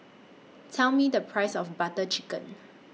Tell Me The Price of Butter Chicken